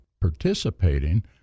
participating